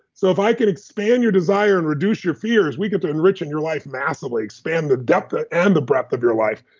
so if i could expand your desire and reduce your fears, we get to enrich and your life massively, expand the depth ah and the breadth of your life.